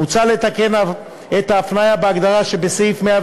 מוצע לתקן את ההפניה בהגדרה שבסעיף 105